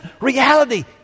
reality